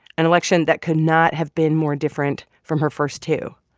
an election that could not have been more different from her first two,